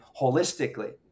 holistically